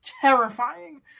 terrifying